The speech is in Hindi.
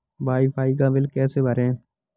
वाई फाई का बिल कैसे भरें?